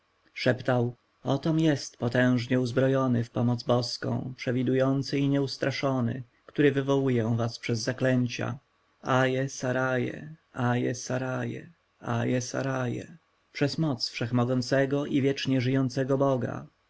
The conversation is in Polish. szeptał otom jest potężnie uzbrojony w pomoc boską przewidujący i nieustraszony który wywołuję was przez zaklęcia aye saraye aye saraye przez imię wszechmocnego i wiecznie żyjącego boga